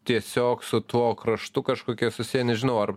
tiesiog su tuo kraštu kažkokie susiję nežinau ar